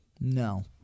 No